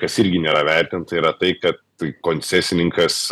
kas irgi nėra vertint tai yra tai kad tai koncesininkas